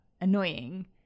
annoying